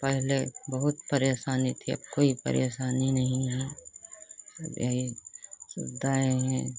पहले बहुत परेशानी थी अब कोई परेशानी नहीं है सब यही सुविधाएँ हैं